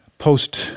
post